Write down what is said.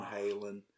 Halen